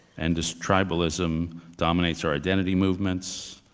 and this tribalism dominates our identity movements.